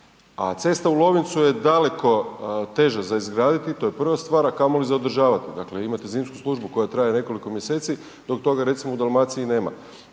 a cesta u Lovincu je daleko teža za izgraditi, to je prva stvar, a kamoli za održati. Dakle, imate zimsku službu koja traje nekoliko mjeseci, dok toga recimo u Dalmaciji nema.